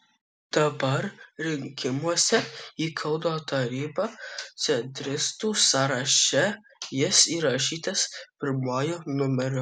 dabar rinkimuose į kauno tarybą centristų sąraše jis įrašytas pirmuoju numeriu